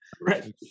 Right